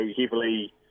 heavily